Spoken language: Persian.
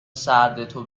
سردتو